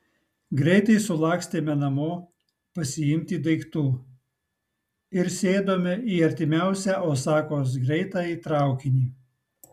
greitai sulakstėme namo pasiimti daiktų ir sėdome į artimiausią osakos greitąjį traukinį